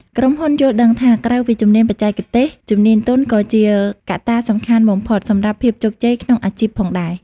ក្រុមហ៊ុនយល់ដឹងថា ក្រៅពីជំនាញបច្ចេកទេស ជំនាញទន់ក៏ជាកត្តាសំខាន់បំផុតសម្រាប់ភាពជោគជ័យក្នុងអាជីពផងដែរ។